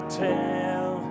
tell